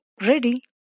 ready